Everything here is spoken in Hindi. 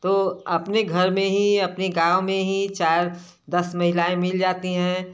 तो अपने घर में ही अपने गाँव में ही चार दस महिलाएँ मिल जाती हैं